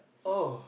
oh